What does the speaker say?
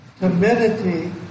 timidity